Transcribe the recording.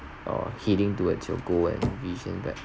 or heading towards your goal and vision that